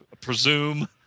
presume